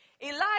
Elijah